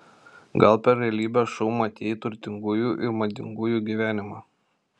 gal per realybės šou matei turtingųjų ir madingųjų gyvenimą